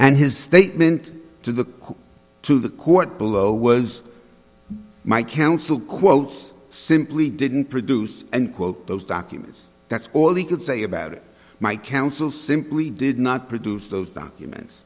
and his statement to the to the court below was my counsel quotes simply didn't produce and quote those documents that's all he could say about it my counsel simply did not produce those documents